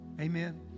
Amen